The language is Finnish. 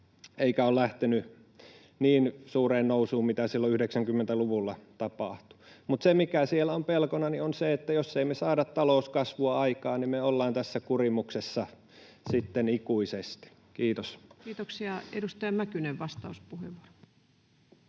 eikä ole lähtenyt niin suureen nousuun kuin mitä silloin 90-luvulla tapahtui. Mutta se mikä siellä on pelkona, on se, että jos me emme saa talouskasvua aikaan, niin me ollaan tässä kurimuksessa sitten ikuisesti. — Kiitos. [Speech 50] Speaker: